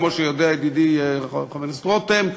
כמו שיודע ידידי חבר הכנסת רותם,